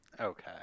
Okay